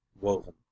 woven